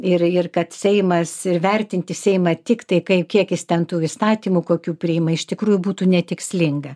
ir ir kad seimas ir vertinti seimą tiktai kaip kiekis ten tų įstatymų kokių priima iš tikrųjų būtų netikslinga